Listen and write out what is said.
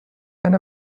eine